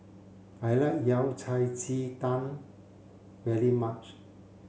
I like Yao Cai Ji Tang very much